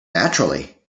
naturally